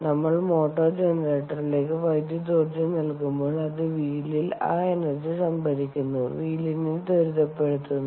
നമ്മൾ മോട്ടോർ ജനറേറ്ററിലേക്ക് വൈദ്യുതോർജ്ജം നൽകുമ്പോൾ അത് വീലിൽ ആ എനർജി സംഭരിക്കുന്ന വീലിനെ ത്വരിതപ്പെടുത്തുന്നു